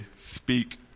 speak